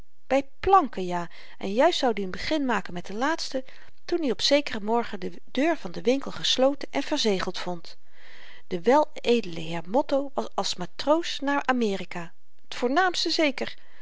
planken ja en juist zoud i n begin maken met de laatste toen i op zekeren morgen de deur van den winkel gesloten en verzegeld vond de weledele heer motto was als matroos naar amerika t voornaamste zeker